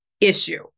issue